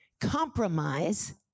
compromise